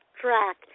track